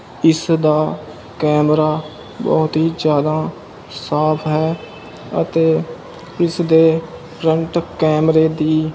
ਇਸ ਦਾ ਕੈਮਰਾ ਬਹੁਤ ਹੀ ਜ਼ਿਆਦਾ ਸਾਫ਼ ਹੈ ਅਤੇ ਇਸ ਦੇ ਫਰੰਟ ਕੈਮਰੇ ਦੀ